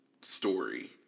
story